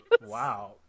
Wow